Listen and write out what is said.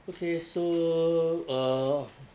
okay so uh